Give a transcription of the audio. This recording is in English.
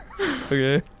okay